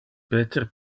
peter